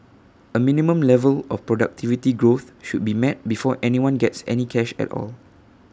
A minimum level of productivity growth should be met before anyone gets any cash at all